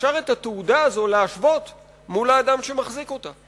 שאפשר את התעודה הזאת להשוות מול האדם שמחזיק אותה.